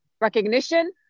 recognition